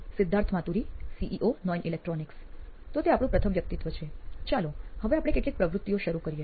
Siddharth Maturi CEO નોઇન electronics તો તે આપણું પ્રથમ વ્યકિતત્વ છે ચાલો હવે આપણે કેટલીક પ્રવૃત્તિઓ શરૂ કરીએ